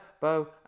Bo